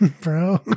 bro